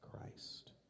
Christ